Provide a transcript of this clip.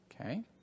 Okay